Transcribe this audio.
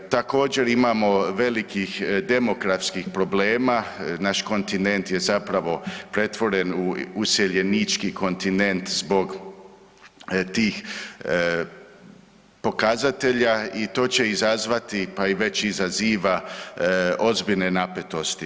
Također imamo velikih demografskih problema, naš kontinent je zapravo pretvoren u useljenički kontinent zbog tih pokazatelj i to će izazvati pa već i izaziva ozbiljne napetosti.